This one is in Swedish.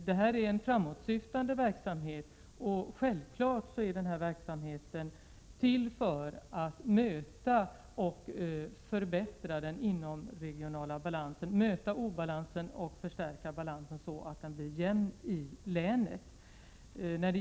Det är en framåtsyftande verksamhet, och självklart är denna till för att möta obalansen och förstärka balansen så att den blir jämn i länet.